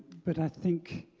but i think